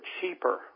cheaper